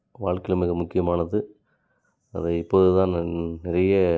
வாழ்க்கையில் மிக முக்கியமானது அதை இப்போது தான் நான் நிறைய